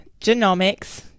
genomics